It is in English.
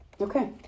Okay